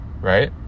Right